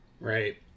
Right